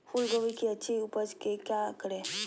फूलगोभी की अच्छी उपज के क्या करे?